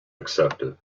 accepted